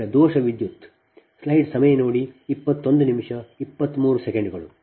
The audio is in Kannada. ಈಗ ದೋಷ ವಿದ್ಯುತ್ ಇಲ್ಲಿಯೇ ಹಿಡಿದುಕೊಳ್ಳಿ